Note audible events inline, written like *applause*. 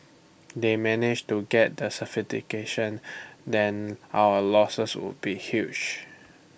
they managed to get the *unintelligible* then our losses would be huge